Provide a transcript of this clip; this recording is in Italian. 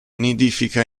nidifica